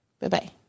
Bye-bye